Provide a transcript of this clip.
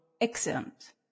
Excellent